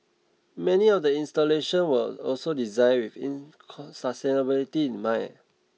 many of the installations were also designed within sustainability in mind